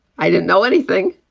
i didn't know anything.